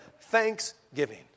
thanksgiving